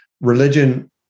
religion